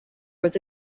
was